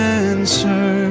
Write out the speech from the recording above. answer